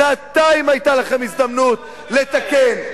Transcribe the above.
שנתיים היתה לכם הזדמנות לתקן.